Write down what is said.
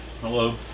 Hello